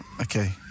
Okay